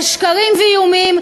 על שקרים ואיומים.